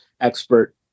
expert